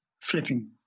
flipping